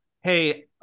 hey